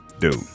Dude